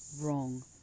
wrong